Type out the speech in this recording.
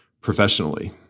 professionally